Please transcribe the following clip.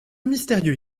mystérieux